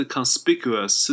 Conspicuous